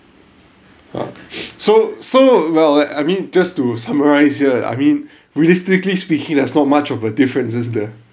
ah so so well I I mean just to summarize here I mean realistically speaking that's not much of a difference is there